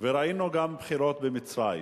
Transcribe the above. וראינו גם בחירות במצרים.